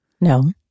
No